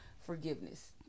forgiveness